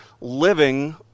living